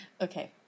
Okay